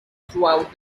throughout